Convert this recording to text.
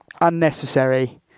unnecessary